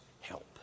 help